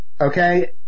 Okay